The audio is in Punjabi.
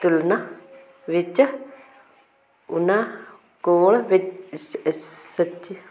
ਤੁਲਨਾ ਵਿੱਚ ਉਹਨਾਂ ਕੋਲ